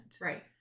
Right